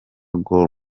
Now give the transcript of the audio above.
gor